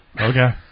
Okay